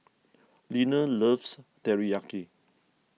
Leaner loves Teriyaki